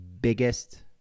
biggest